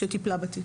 שטיפלה בתיק.